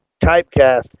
typecast